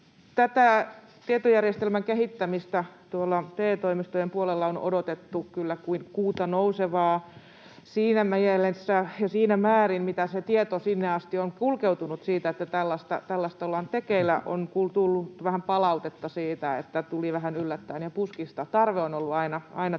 Tätä tietojärjestelmän kehittämistä tuolla TE-toimistojen puolella on odotettu kyllä kuin kuuta nousevaa siinä mielessä ja siinä määrin, miten tieto sinne asti on kulkeutunut siitä, että tällaista on tekeillä. On tullut vähän palautetta siitä, että tämä tuli vähän yllättäen ja puskista — tarve on ollut aina tiedossa.